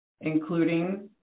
including